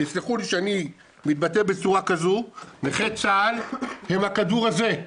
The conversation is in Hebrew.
תסלחו לי שאני מתבטא בצורה כזו נכי צה"ל הם הכדור הזה.